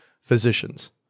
physicians